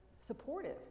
supportive